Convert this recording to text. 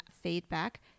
feedback